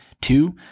two